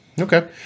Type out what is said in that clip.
Okay